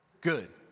good